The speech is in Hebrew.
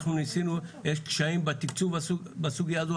יש קשיים בתקצוב בסוגיה הזו,